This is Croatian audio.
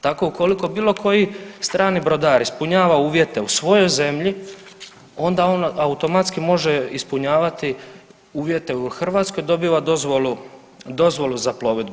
Tako ukoliko bilo koji strani brodar ispunjava uvjete u svojoj zemlji onda on automatski može ispunjavati uvjete u Hrvatskoj, dobiva dozvolu za plovidbu.